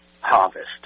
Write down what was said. harvest